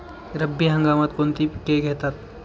रब्बी हंगामात कोणती पिके घेतात?